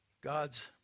God's